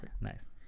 nice